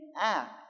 act